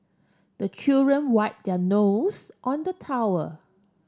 the children wipe their nose on the towel